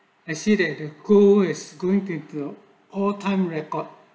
I see that the gold is going to do all time record